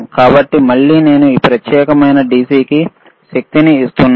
కాబట్టి మళ్ళీ నేను ఈ ప్రత్యేకమైన DC కి శక్తిని ఇస్తున్నాను